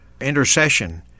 intercession